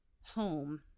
home